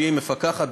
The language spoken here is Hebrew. שהיא המפקחת,